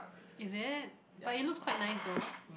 is it but it looks quite nice though